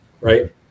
Right